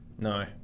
no